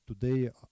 today